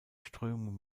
strömung